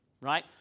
right